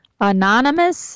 anonymous